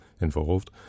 involved